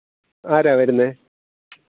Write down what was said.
ആരാണ് വരുന്നത്